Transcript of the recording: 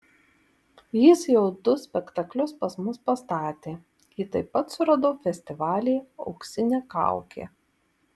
jis jau du spektaklius pas mus pastatė jį taip pat suradau festivalyje auksinė kaukė